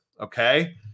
okay